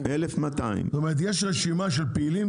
כלומר, יש רשימה של פעילים